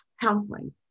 counseling